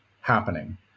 happening